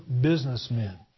businessmen